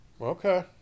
okay